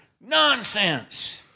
Nonsense